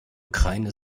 ukraine